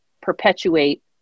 perpetuate